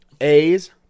A's